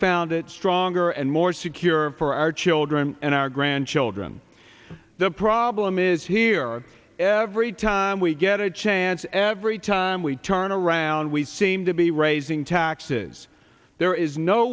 found it stronger and more secure for our children and our grandchildren the problem is here every time we get a chance every time we turn around we seem to be raising taxes there is no